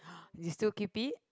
do you still keep it